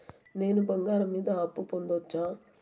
నేను బంగారం మీద అప్పు పొందొచ్చా?